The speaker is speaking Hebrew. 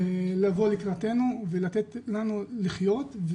לבוא לקראתנו ולתת לנו לחיות,